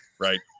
Right